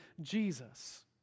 Jesus